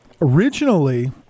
originally